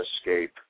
escape